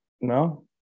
no